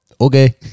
Okay